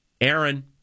Aaron